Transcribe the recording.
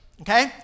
okay